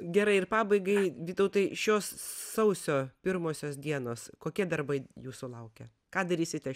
gerai ir pabaigai vytautai šios sausio pirmosios dienos kokie darbai jūsų laukia ką darysite